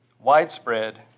widespread